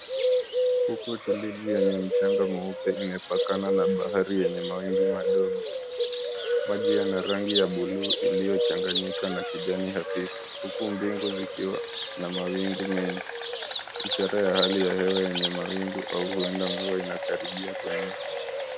Fukwe tulivu yenye mchanga mweupe imepakana na bahari yenye mawimbi madogo. Maji yana rangi ya buluu iliyochanganyika na kijani hafifu huku mbingu zikiwa na mawingu maengi ishara ya hali ya hewa yenye mawingu au mvua inakaribia kunyesha.